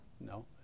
No